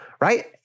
right